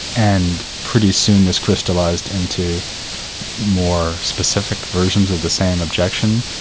and pretty soon, this crystallised into more specific versions of the same objection.